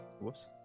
Whoops